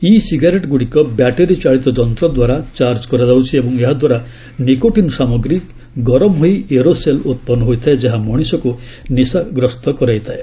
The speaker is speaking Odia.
ଇ ସିଗାରେଟ୍ଗୁଡ଼ିକ ବ୍ୟାଟେରୀଚାଳିତ ଯନ୍ତଦ୍ୱାରା ଚାର୍ଚ୍ଚ କରାଯାଉଛି ଏବଂ ଏହାଦ୍ୱାରା ନିକୋଟିନ୍ ସାମଗ୍ରୀ ଗରମ ହୋଇ ଏରୋସେଲ୍ ଉତ୍ପନ୍ନ ହୋଇଥାଏ ଯାହା ମଣିଷକୁ ନିଶାଗ୍ରସ୍ତ କରାଇଥାଏ